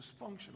dysfunctional